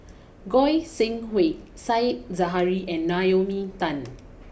Goi Seng Hui Said Zahari and Naomi Tan